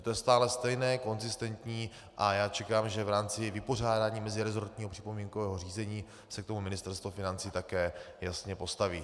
Takže to je stále stejné, konzistentní a já čekám, že v rámci vypořádání mezirezortního připomínkového řízení se k tomu Ministerstvo financí také jasně postaví.